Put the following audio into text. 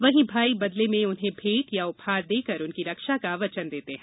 वहीं भाई बदले में उन्हें भेंट या उपहार देकर उनकी रक्षा का वचन देते हैं